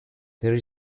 there